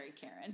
Karen